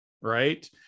right